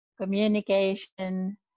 communication